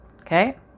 Okay